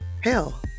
hell